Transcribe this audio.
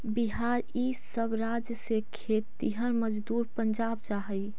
बिहार इ सब राज्य से खेतिहर मजदूर पंजाब जा हई